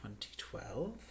2012